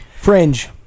Fringe